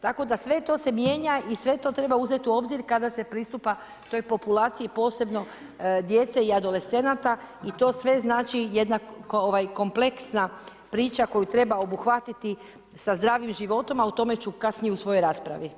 Tako da sve to se mijenja, i sve to treba uzeti u obzir, kada se pristupa toj populaciji, posebno djece i adolescenata i to sve znači jedna kompleksna priča koju treba obuhvatiti sa zdravim životom, a o tome ću kasnije u svojoj raspravi.